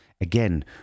Again